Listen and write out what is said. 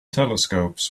telescopes